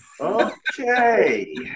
Okay